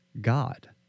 God